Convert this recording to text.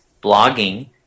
blogging